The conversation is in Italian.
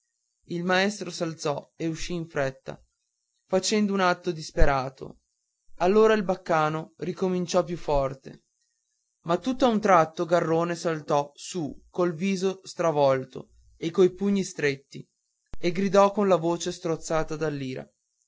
il maestro s'alzò e uscì in fretta facendo un atto disperato allora il baccano ricominciò più forte ma tutt'a un tratto garrone saltò su col viso stravolto e coi pugni stretti e gridò con la voce strozzata